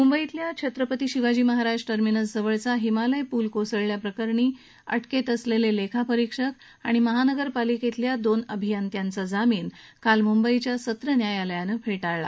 मुंबईतल्या छत्रपती शिवाजी महाराज टर्मिनस जवळचा हिमालय पूल कोसळल्याप्रकरणी अटकेत असलेले लेखा परिक्षक आणि दोन महानगरपालिका अभियंत्याचा जामीन अर्ज काल मुंबई सत्र न्यायालयानं फेटाळला